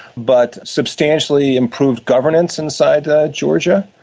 but substantially improved governance inside ah georgia.